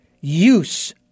use